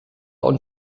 und